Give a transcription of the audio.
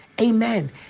Amen